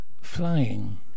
flying